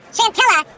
Chantella